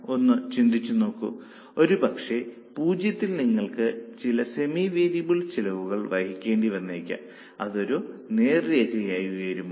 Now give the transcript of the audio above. ഒന്നു ചിന്തിച്ചുനോക്കൂ ഒരുപക്ഷേ 0 ൽ നിങ്ങൾക്ക് ചില സെമി വേരിയബിൾ ചെലവുകൾ വഹിക്കേണ്ടി വന്നേക്കാം അതൊരു നേർരേഖയായി ഉയരുമോ